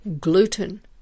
gluten